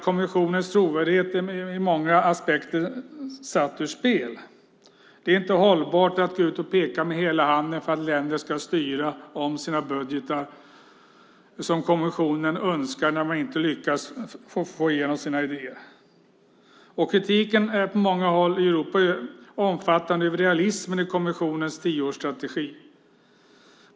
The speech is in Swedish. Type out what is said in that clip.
Kommissionens trovärdighet är därmed i många avseenden satt ur spel. Det är inte hållbart att gå ut och peka med hela handen för att länderna ska styra om sina budgetar som kommissionen önskar när man inte själv lyckas få igenom sina idéer. Kritiken från många håll i Europa är omfattande över realismen i kommissionens tioårsstrategi.